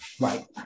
right